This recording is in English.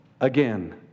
again